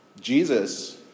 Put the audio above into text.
Jesus